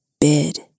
Bid